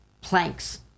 planks